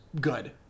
good